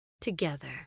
together